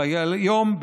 אבל היום,